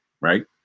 right